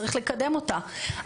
צריך לקדם אותה.